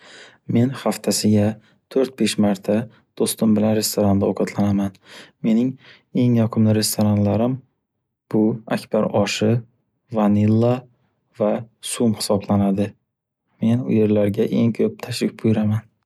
Men haftasiga to'rt-besh marta do'stim bilan restoranda ovqatlanaman. Mening eng yoqimli restoranlarim, bu Akbar oshi, Vanilla va Sum hisoblanadi. Men u yerlarga eng ko'p tashrif buyuraman.